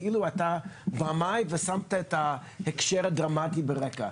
זה כאילו שאתה במאי ושמת את ההקשר הדרמטי ברקע,